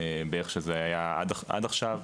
איך שזה היה עד עכשיו,